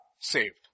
saved